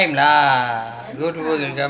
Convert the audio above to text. அது சொல்லல:athu sollala what I mean is